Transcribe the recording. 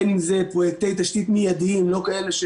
בין אם זה פרויקטי תשתית מיידיים לא כאלה,